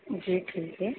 जी ठीक है